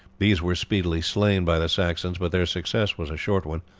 these were speedily slain by the saxons, but their success was a short one.